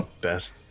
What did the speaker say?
best